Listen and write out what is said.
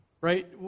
right